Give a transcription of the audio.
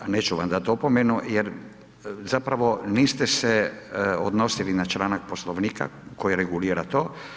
Neću vam dati opomenu jer zapravo niste se odnosili na članak Poslovnika koji regulira to.